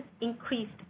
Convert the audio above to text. increased